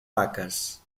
vaques